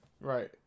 Right